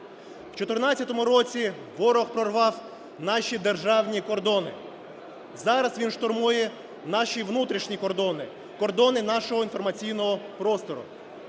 В 2014 році ворог прорвав наші державні кордони, зараз він штурмує наші внутрішні кордони – кордони нашого інформаційного простору.